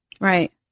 Right